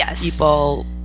people